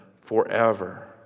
forever